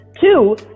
Two